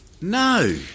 No